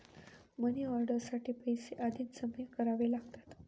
money order साठी पैसे आधीच जमा करावे लागतात